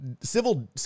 civil